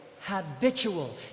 habitual